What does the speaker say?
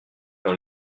dans